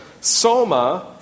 Soma